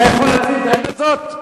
אתה יכול להציל את העיר הזאת?